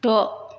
द'